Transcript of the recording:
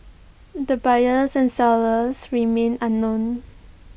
the buyers and sellers remain unknown